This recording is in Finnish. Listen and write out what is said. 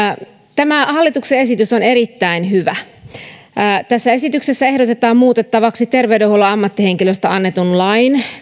tämä hallituksen esitys on erittäin hyvä tässä esityksessä ehdotetaan muutettavaksi terveydenhuollon ammattihenkilöistä annetun lain